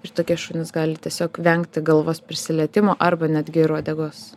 ir tokie šunys gali tiesiog vengti galvos prisilietimo arba netgi ir uodegos